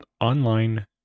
online